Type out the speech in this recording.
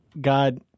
God